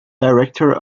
director